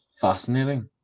Fascinating